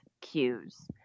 cues